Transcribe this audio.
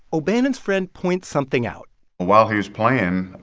o'bannon's friend points something out while he was playing,